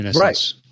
Right